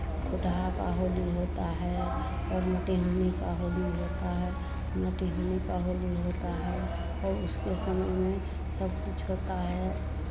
फुटहा का होली होता है और मोटिहानि का होली होता है मोटिहानि का होली होता है और उसके सामने सब कुछ होता है